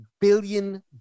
billion